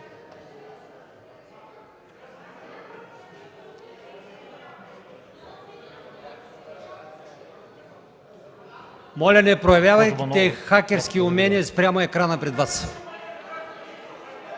Моля, не проявявайте хакерски умения спрямо екрана пред Вас.